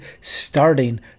starting